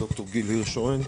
ד"ר גיל הירשהורן,